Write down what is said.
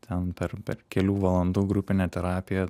ten per per kelių valandų grupinę terapiją